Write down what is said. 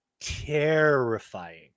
terrifying